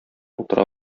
утыра